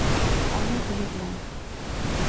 ᱟᱞᱚ ᱦᱩᱭᱩᱜ ᱢᱟ